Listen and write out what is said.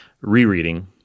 rereading